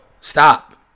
stop